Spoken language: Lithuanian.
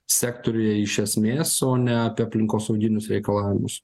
sektoriuje iš esmės o ne apie aplinkosauginius reikalavimus